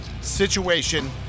situation